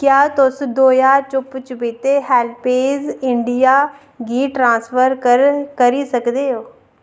क्या तुस दो ज्हार चुप्प चपीते हैल्पेज इंडिया गी ट्रासफर करी सकदे ओ